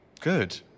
Good